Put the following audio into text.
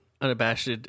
unabashed